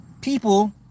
people